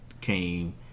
came